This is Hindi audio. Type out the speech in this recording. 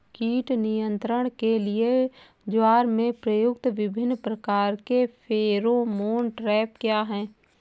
कीट नियंत्रण के लिए ज्वार में प्रयुक्त विभिन्न प्रकार के फेरोमोन ट्रैप क्या है?